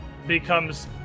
Becomes